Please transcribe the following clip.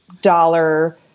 dollar